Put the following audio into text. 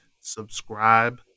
subscribe